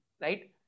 right